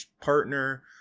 partner